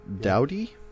Dowdy